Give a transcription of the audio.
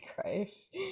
christ